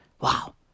Wow